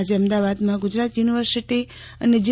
આજે અમદાવાદમાં ગુજરાત યુનિવર્સિટી અને જી